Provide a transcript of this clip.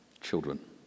children